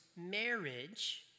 marriage